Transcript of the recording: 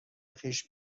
خویش